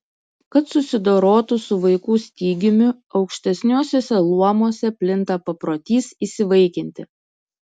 kad susidorotų su vaikų stygiumi aukštesniuosiuose luomuose plinta paprotys įsivaikinti